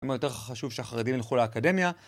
יותר חשוב שהחרדים ילכו לאקדמיה